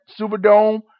superdome